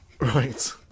Right